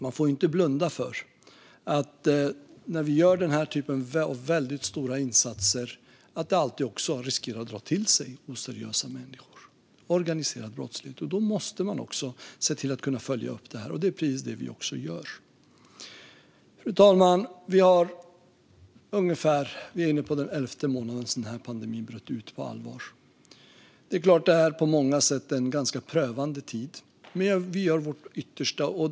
Man får inte blunda för att det när vi gör den här typen av väldigt stora insatser alltid också riskerar att dra till sig oseriösa människor och organiserad brottslighet. Då måste man kunna följa upp det, och det är precis det vi också gör. Fru talman! Det har gått elva månader sedan pandemin bröt ut på allvar. Det är klart att det är en på många sätt ganska prövande tid. Men vi gör vårt yttersta.